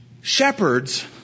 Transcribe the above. Shepherds